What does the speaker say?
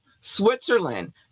switzerland